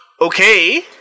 Okay